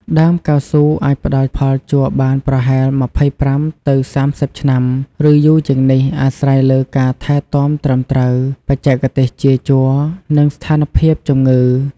ដើមកៅស៊ូអាចផ្តល់ផលជ័របានប្រហែល ២៥ ទៅ ៣០ ឆ្នាំ ឬយូរជាងនេះ អាស្រ័យលើការថែទាំត្រឹមត្រូវ បច្ចេកទេសចៀរជ័រ និងស្ថានភាពជំងឺ។